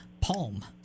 Palm